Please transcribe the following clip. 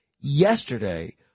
yesterday